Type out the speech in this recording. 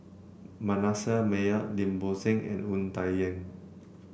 Manasseh Meyer Lim Bo Seng and Wu Tsai Yen